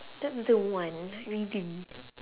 that's the one really